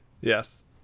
Yes